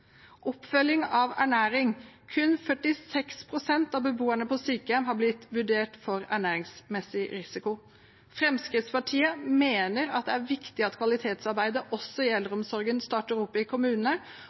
oppfølging av ernæring, har kun 46 pst. av beboerne på sykehjem blitt vurdert for ernæringsmessig risiko. Fremskrittspartiet mener det er viktig at kvalitetsarbeidet også i